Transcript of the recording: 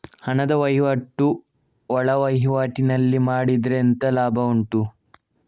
ಹಣದ ವಹಿವಾಟು ಒಳವಹಿವಾಟಿನಲ್ಲಿ ಮಾಡಿದ್ರೆ ಎಂತ ಲಾಭ ಉಂಟು?